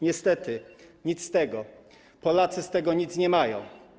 Niestety nic z tego, Polacy z tego nic nie mają.